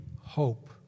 hope